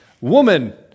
Woman